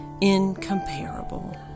incomparable